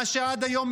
מה שעד היום,